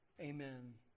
amen